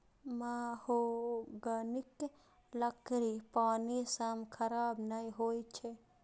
महोगनीक लकड़ी पानि सं खराब नै होइ छै